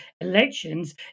elections